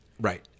Right